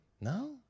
No